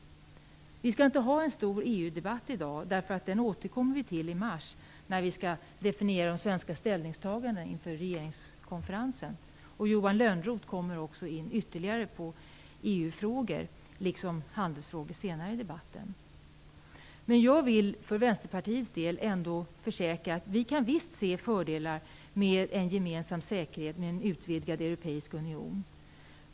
Vi skall inte ha en stor EU-debatt i dag, den återkommer vi till i mars då vi skall definiera svenska ställningstaganden inför regeringskonferensen. Johan Lönnroth kommer in på Jag vill för Vänsterpartiets del ändå försäkra att vi visst kan se fördelar med en gemensam säkerhet och med en utvidgad europeisk union.